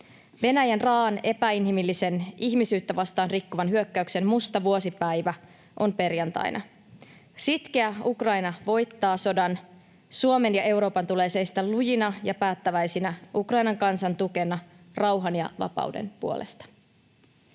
Venäjän raa’an, epäinhimillisen, ihmisyyttä vastaan rikkovan hyökkäyksen musta vuosipäivä on perjantaina. Sitkeä Ukraina voittaa sodan. Suomen ja Euroopan tulee seistä lujina ja päättäväisinä Ukrainan kansan tukena rauhan ja vapauden puolesta.